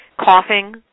Coughing